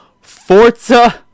Forza